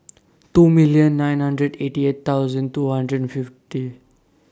two million nine hundred eighty eight thousand two hundred and fifty